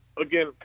again